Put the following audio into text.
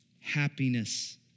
happiness